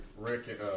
Rick